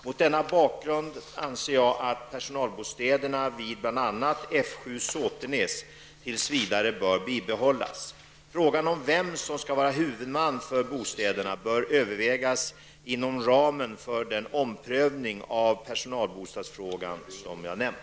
Mot denna bakgrund anser jag att personalbostäderna vid bl.a. F7 Såtenäs tills vidare bör behållas. Frågan om vem som skall vara huvudman för bostäderna bör övervägas inom ramen för den omprövning av personalbostadsfrågan som jag nämnt.